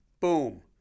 Boom